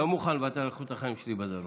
אני לא מוכן לוותר על איכות החיים שלי בדרום.